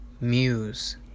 Muse